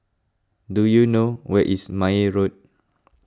do you know where is Meyer Road